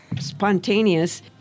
spontaneous